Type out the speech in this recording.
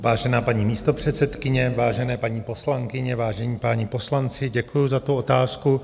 Vážená paní místopředsedkyně, vážené paní poslankyně, vážení páni poslanci, děkuji za tu otázku.